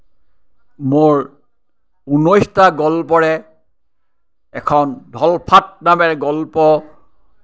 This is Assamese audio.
মোৰ ঊনৈশটা গল্পৰে এখন ধলফাট নামেৰে গল্প